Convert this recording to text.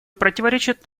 противоречит